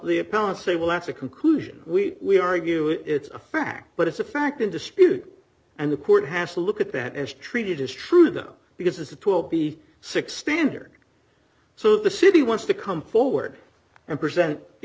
opponents say well that's a conclusion we we argue it's a fact but it's a fact in dispute and the court has to look at that as treated as true though because it will be six standard so the city wants to come forward and present